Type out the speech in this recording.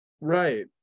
Right